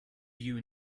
you